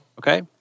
Okay